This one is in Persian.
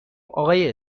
آقای